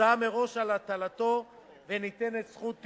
הודעה מראש על הטלתו וניתנת זכות טיעון.